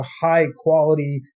high-quality